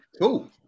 Cool